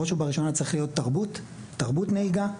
בראש ובראשונה צריכה להיות תרבות, תרבות נהיגה.